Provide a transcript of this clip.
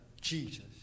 Jesus